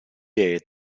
day